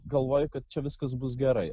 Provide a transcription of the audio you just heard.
galvoju kad čia viskas bus gerai